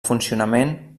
funcionament